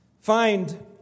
find